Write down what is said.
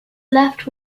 left